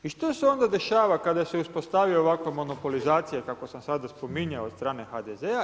I što se onda dešava kada se uspostavi ovakva monopolizacija kakvu sam sad spominjao od strane HDZ-a?